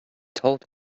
told